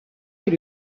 est